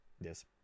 Yes